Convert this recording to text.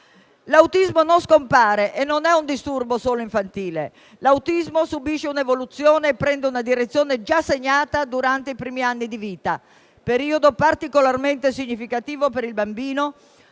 L'autismo non scompare e non è un disturbo solo infantile. L'autismo subisce un'evoluzione e prende una direzione già segnata durante i primi anni di vita, periodo particolarmente significativo per il bambino,